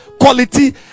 quality